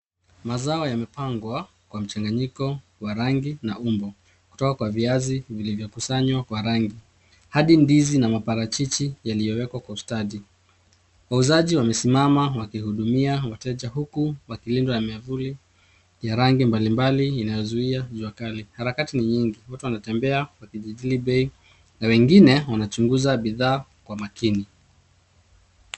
Mazao yamepangwa kwa mchanganyiko wa rangi na umbo kutoka kwa viazi vilivyokusanywa kwa rangi hadi ndizi na maparachichi yaliyowekwa kwa stadi. Wauzaji wamesimama wakihudumia wateja huku wakilindwa na miavuli ya rangi mbalimbali inayozuia jua kali. Harakati ni nyingi. Watu wanatembea wakijadili bei na wengine wanachunguza bidhaa kwa makini.